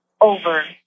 Over